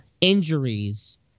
injuries